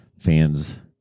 fans